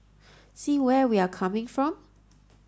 see where we're coming from